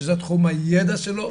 שזה תחום הידע שלו,